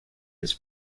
its